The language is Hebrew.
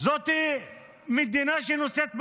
זאת מדינה שנושאת באחריות.